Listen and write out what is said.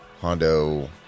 hondo